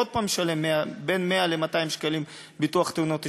עוד פעם הוא ישלם בין 100 ל-200 שקלים ביטוח תאונות אישיות.